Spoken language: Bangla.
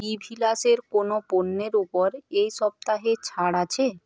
বি ভিলাসের কোনও পণ্যের ওপর এই সপ্তাহে ছাড় আছে